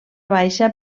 baixa